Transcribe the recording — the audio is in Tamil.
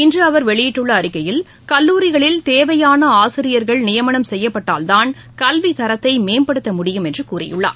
இன்று அவர் வெளியிட்டுள்ள அறிக்கையில் கல்லூரிகளில் தேவையான ஆசிரியர்கள் நியமனம் செய்யப்பட்டால்தான் கல்வித் தரத்தை மேம்படுத்த முடியும் என்று கூறியுள்ளார்